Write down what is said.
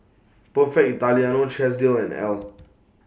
Perfect Italiano Chesdale and Elle